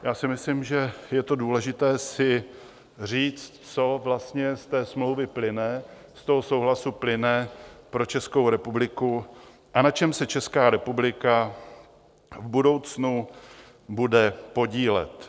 Já si myslím, že je důležité si říct, co vlastně z té smlouvy plyne, z toho souhlasu plyne pro Českou republiku a na čem se Česká republika v budoucnu bude podílet.